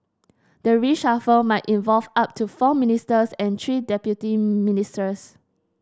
the reshuffle might involve up to four ministers and three deputy ministers